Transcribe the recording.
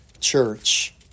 church